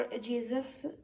Jesus